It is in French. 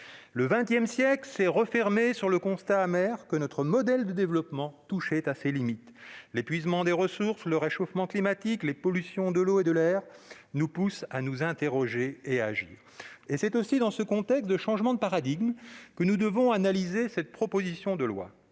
Le XX siècle s'est refermé sur le constat amer que notre modèle de développement touchait à ses limites. L'épuisement des ressources, le réchauffement climatique, la pollution de l'eau et de l'air nous poussent à nous interroger et à agir. C'est aussi dans ce contexte, celui d'un changement de paradigme, que nous devons analyser cette proposition de loi.